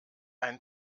ein